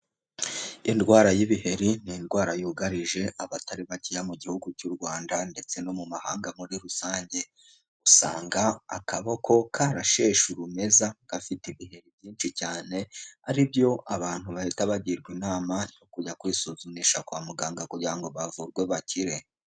Indwara y'ibiheri ni indwara yugarije abatari bakeya mu gihugu cy'u Rwanda ndetse no mu mahanga muri rusange, usanga akaboko karasheshe urumeza, gafite ibiheri byinshi cyane aribyo abantu bahita bagirwa inama yo kujya kwisuzumisha kwa muganga kugira bavurwe bakire.